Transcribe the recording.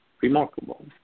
remarkable